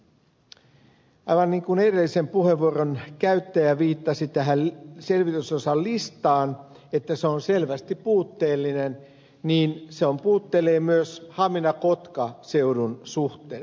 aivan niin kuin edellisen puheenvuoron käyttäjä viittasi tähän selvitysosan listaan että se on selvästi puutteellinen niin se on puutteellinen myös haminakotka seudun suhteen